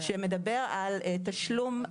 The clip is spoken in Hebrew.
שמדבר על תשלום מס,